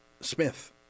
Smith